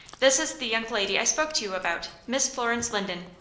this is the young lady i spoke to you about miss florence linden.